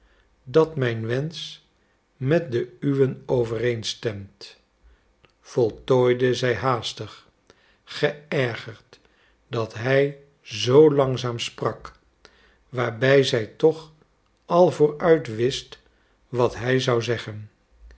dat mijn wensch met den uwen overeenstemt voltooide zij haastig geërgerd dat hij zoo langzaam sprak waarbij zij toch al vooruit wist wat hij zou zeggen